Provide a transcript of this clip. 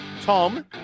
Tom